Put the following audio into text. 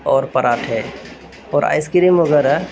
اور پراٹھے اور آئس کریم وغیرہ